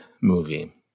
movie